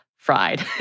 Fried